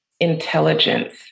intelligence